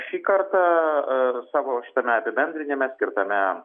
šį kartą savo šitame apibendrinime skirtame